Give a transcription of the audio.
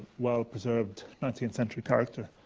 well preserved nineteenth century character.